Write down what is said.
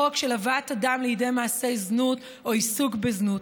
של הבאת אדם לידי מעשה זנות או לעיסוק בזנות.